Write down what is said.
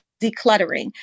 decluttering